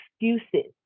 excuses